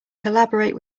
collaborate